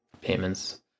payments